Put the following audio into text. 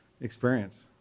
experience